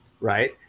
right